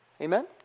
Amen